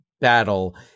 battle